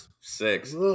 six